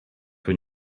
when